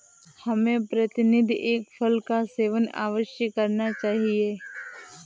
हमें प्रतिदिन एक फल का सेवन अवश्य करना चाहिए